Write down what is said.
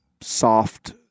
soft